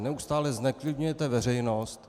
Neustále zneklidňujete veřejnost.